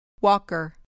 Walker